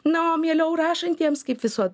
na o mieliau rašantiems kaip visuo